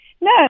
No